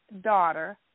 daughter